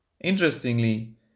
Interestingly